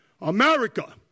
America